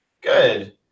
Good